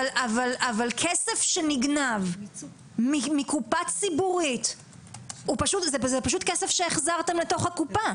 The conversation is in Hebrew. אבל כסף שנגנב מקופה ציבורית זה פשוט כסף שהחזרתם לתוך הקופה.